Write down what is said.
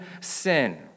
sin